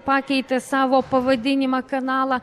pakeitė savo pavadinimą kanalą